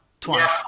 twice